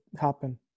happen